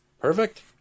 perfect